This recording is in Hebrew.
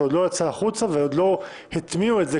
זה עוד לא יצא החוצה ועוד לא הטמיעו את זה,